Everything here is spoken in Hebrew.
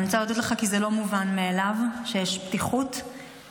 אני רוצה להודות לך כי זה לא מובן מאליו שיש פתיחות וקשב,